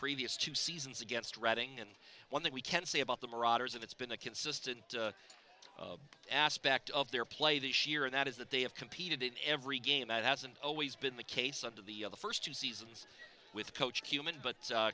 previous two seasons against reading and one that we can't say about them rodgers and it's been a consistent aspect of their play this year and that is that they have competed in every game that hasn't always been the case under the first two seasons with coach human but